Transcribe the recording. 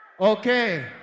Okay